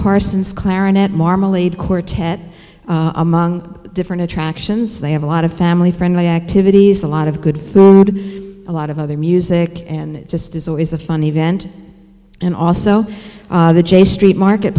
parsons clarinet marmalade quartet among different attractions they have a lot of family friendly activities a lot of good food a lot of other music and it just is always a fun event and also the j street market